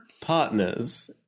partners